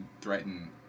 threaten